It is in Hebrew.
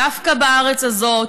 דווקא בארץ הזאת,